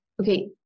Okay